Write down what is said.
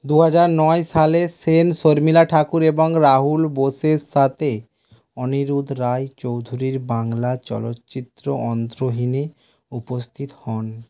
দু হাজার নয় সালে সেন শর্মিলা ঠাকুর এবং রাহুল বোসের সাথে অনিরুধ রায় চৌধুরীর বাংলা চলচ্চিত্র অন্তহীন এ উপস্থিত হন